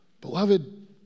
Beloved